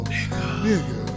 Nigga